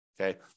Okay